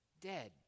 Dead